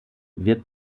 wird